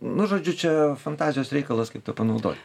nu žodžiu čia fantazijos reikalas kaip tą panaudot